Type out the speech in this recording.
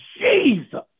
Jesus